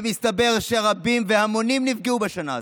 ומסתבר שרבים והמונים נפגעו בשנה הזו.